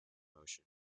motion